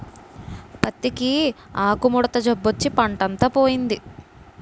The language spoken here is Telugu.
పత్తికి ఆకుముడత జబ్బొచ్చి పంటంతా పోయింది